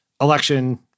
election